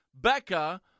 Becca